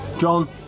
John